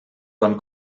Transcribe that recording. van